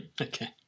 Okay